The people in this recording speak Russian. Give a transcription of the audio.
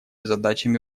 задачами